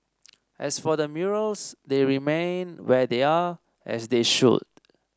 as for the murals they remain where they are as they should